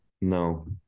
No